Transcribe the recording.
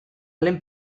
lehen